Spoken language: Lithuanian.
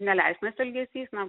neleistinas elgesys na